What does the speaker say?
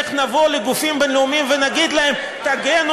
איך נבוא לגופים בין-לאומיים ונגיד להם: תגנו